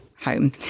home